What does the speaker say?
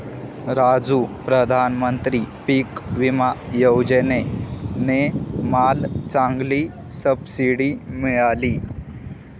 राजू प्रधानमंत्री पिक विमा योजने ने मला चांगली सबसिडी मिळाली